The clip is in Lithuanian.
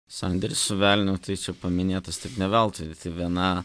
sandėris su velniu tai čia paminėtas taip ne veltui viena